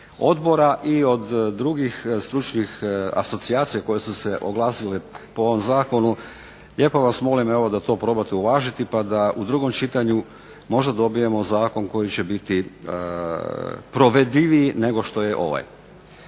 odbora i od drugih stručnih asocijacija koje su se oglasile po ovom zakonu, lijepo vas molim da to probate uvažiti pa da u drugom čitanju možda dobijemo zakon koji će biti provedljiviji nego što je ovaj.